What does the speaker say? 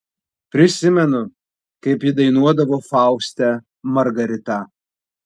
prisimenu kaip ji dainuodavo fauste margaritą